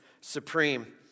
supreme